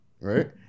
Right